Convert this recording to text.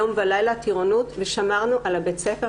יום ולילה ושמרנו על בית הספר,